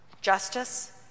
Justice